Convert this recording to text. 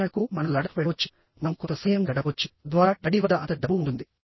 ఉదాహరణకు మనం లడఖ్ వెళ్ళవచ్చు మనం కొంత సమయం గడపవచ్చు తద్వారా డాడీ వద్ద అంత డబ్బు ఉంటుంది